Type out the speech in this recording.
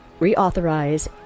reauthorize